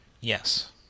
Yes